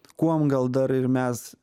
kuom gal dar ir mes